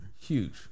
huge